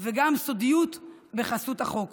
וגם סודיות בחסות החוק.